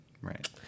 Right